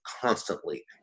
constantly